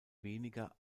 weniger